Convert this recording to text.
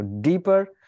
deeper